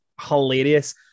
hilarious